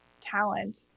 talent